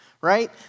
Right